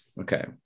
okay